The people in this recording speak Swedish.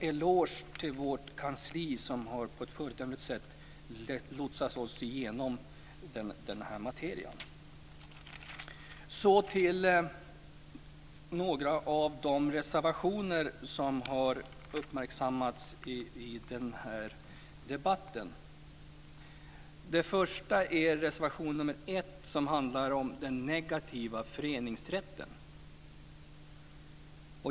En eloge till vårt kansli som på ett föredömligt sätt har lotsat oss genom den här materian. Så till några av de reservationer som har uppmärksammats i den här debatten. Den första är reservation nr 1 som handlar om den negativa föreningsrätten.